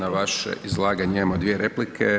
Na vaše izlaganje imamo dvije replike.